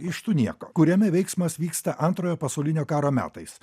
iš tų nieko kuriame veiksmas vyksta antrojo pasaulinio karo metais